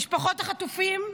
משפחות החטופים,